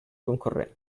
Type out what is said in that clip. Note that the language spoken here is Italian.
concorrenti